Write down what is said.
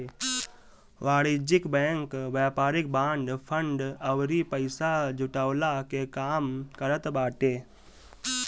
वाणिज्यिक बैंक व्यापारिक bond, fund अउरी पईसा जुटवला के काम करत बाटे